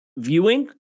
Viewing